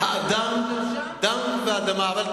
האדם, דם ואדמה.